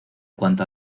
cuanto